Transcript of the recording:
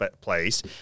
place